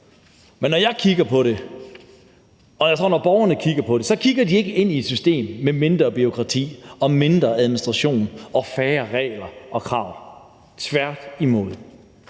Men når jeg kigger på det, og jeg tror, når borgerne kigger på det, kigger de ikke ind i et system med mindre bureaukrati og mindre administration og færre regler og krav. Tværtimod